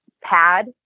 pad